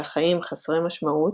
שהחיים חסרי משמעות,